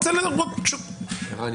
ערן